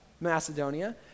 Macedonia